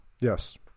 Yes